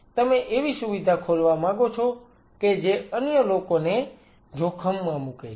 અને તમે એવી સુવિધા ખોલવા માગો છો કે જે અન્ય લોકોને જોખમમાં મૂકે છે